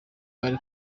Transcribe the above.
bari